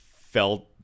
felt